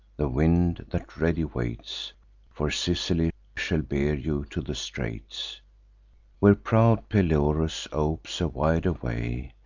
the wind, that ready waits for sicily, shall bear you to the straits where proud pelorus opes a wider way,